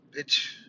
Bitch